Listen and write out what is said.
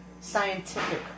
scientific